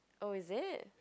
oh is it